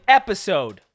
episode